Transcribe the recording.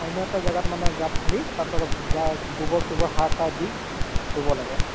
অন্য এটা জেগাত মানে গাঁত খান্দি তাত অলপ গোবৰ চোবৰ সাৰ চাৰ দি ৰুব লাগে